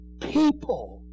people